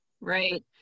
Right